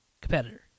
competitor